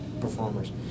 performers